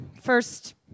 first